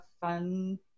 fun